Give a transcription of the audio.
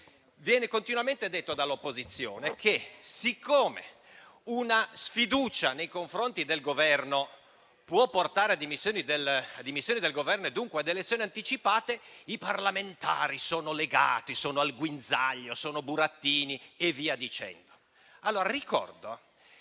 Viene continuamente detto dall'opposizione che, siccome una sfiducia nei confronti del Governo può portare a dimissioni del Governo e dunque ad elezioni anticipate, i parlamentari sono legati, sono al guinzaglio, sono burattini e via dicendo.